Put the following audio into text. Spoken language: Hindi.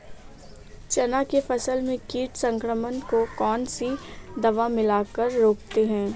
चना के फसल में कीट संक्रमण को कौन सी दवा मिला कर रोकते हैं?